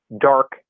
dark